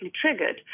triggered